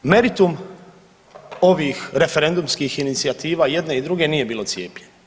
Meritum ovih referendumskih inicijativa jedne i druge nije bilo cijepljenje.